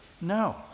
No